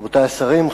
רבותי השרים,